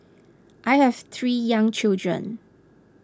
I have three young children